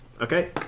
Okay